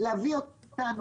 להביא אותנו,